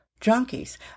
junkies